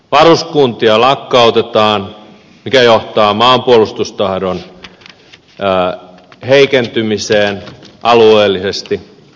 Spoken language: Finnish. varuskuntia lakkautetaan mikä johtaa maanpuolustustahdon heikentymiseen alueellisesti